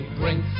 bring